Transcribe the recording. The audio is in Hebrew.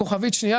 כוכבית שנייה.